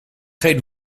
geen